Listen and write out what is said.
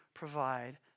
provide